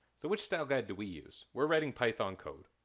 so which style guide do we use? we're writing python code,